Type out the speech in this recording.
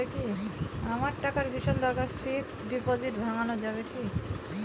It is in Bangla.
আমার টাকার ভীষণ দরকার ফিক্সট ডিপোজিট ভাঙ্গানো যাবে কি?